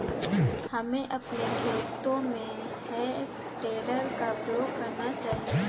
हमें अपने खेतों में हे टेडर का प्रयोग करना चाहिए